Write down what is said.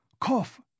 Cough